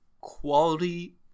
Quality